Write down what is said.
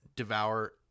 devour